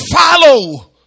follow